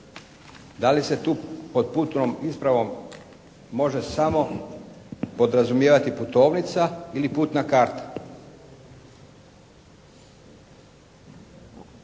Da li se tu pod putnom ispravom može samo podrazumijevati putovnica ili putna karta?